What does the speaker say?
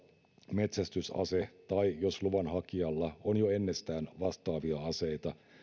metsästysase tai jos luvanhakijalla on jo ennestään vastaavia aseita